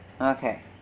Okay